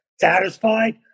satisfied